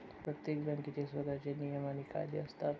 प्रत्येक बँकेचे स्वतःचे नियम आणि कायदे असतात